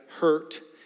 hurt